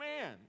man